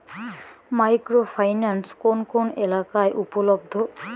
Micro finance কোন কোন এলাকায় উপলব্ধ?